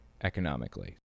economically